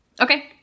Okay